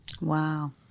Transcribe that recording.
Wow